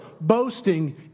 boasting